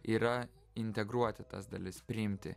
yra integruoti tas dalis priimti